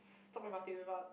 talk about it without